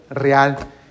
real